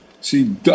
See